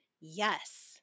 yes